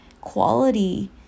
quality